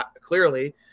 Clearly